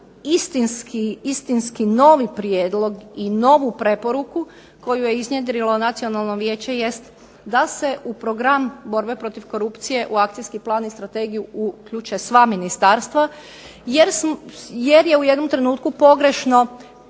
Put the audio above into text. zaista istinski novi prijedlog i novu preporuku koju je iznjedrilo nacionalno vijeće jest da se u program borbe protiv korupcije u akcijski plan i strategiju uključe sva ministarstva jer je u jednom trenutku pogrešno